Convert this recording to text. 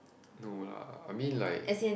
no lah I mean like